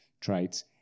traits